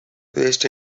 waist